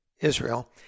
Israel